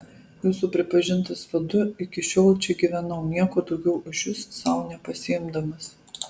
jūsų pripažintas vadu iki šiol čia gyvenau nieko daugiau už jus sau nepasiimdamas